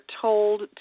told